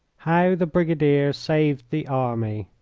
how the brigadier saved the army